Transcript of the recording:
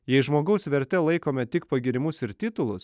jei žmogaus verte laikome tik pagyrimus ir titulus